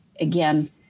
again